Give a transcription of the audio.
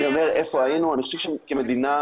אני חושב שכמדינה,